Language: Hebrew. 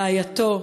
רעייתו,